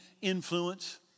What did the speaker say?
influence